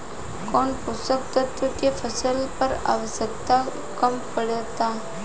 कौन पोषक तत्व के फसल पर आवशयक्ता कम पड़ता?